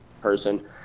person